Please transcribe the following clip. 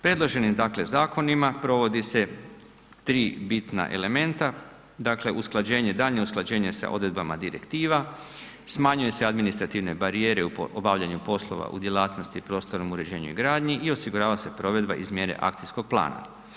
Predloženim dakle zakonima provodi se 3 bitna elementa, dakle usklađenje, daljnje usklađenje sa odredbama direktiva, smanjuje se administrativne barijere u obavljanju poslova u djelatnosti i prostornom uređenju i gradnji i osigurava se provedba iz mjere akcijskog plana.